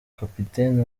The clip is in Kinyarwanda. kapiteni